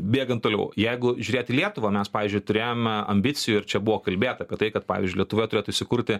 bėgant toliau jeigu žiūrėt į lietuvą mes pavyzdžiui turėjome ambicijų ir čia buvo kalbėta apie tai kad pavyzdžiui lietuvoje turėtų įsikurti